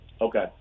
Okay